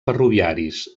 ferroviaris